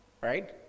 right